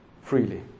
freely